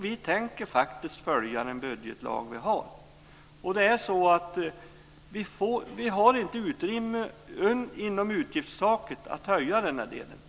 Vi tänker faktiskt följa den budgetlag som vi har. Vi har inte utrymme att höja denna del under utgiftstaket.